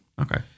Okay